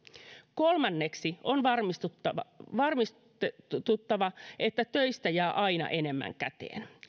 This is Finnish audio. kolmanneksi on varmistettava varmistettava että töistä jää aina enemmän käteen